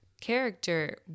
character